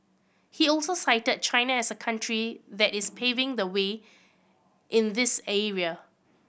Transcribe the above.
he also cited China as a country that is paving the way in this area